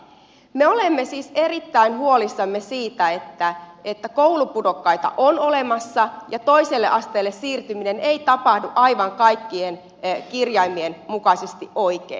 me olemme siis erittäin huolissamme siitä että koulupudokkaita on olemassa ja toiselle asteelle siirtyminen ei tapahdu aivan kaikkien kirjaimien mukaisesti oikein